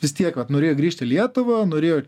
vis tiek vat norėjo grįžt į lietuvą norėjo